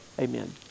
amen